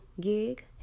gig